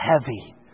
heavy